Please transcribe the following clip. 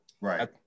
right